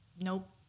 nope